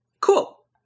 Cool